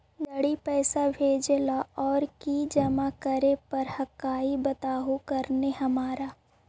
जड़ी पैसा भेजे ला और की जमा करे पर हक्काई बताहु करने हमारा?